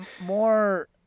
more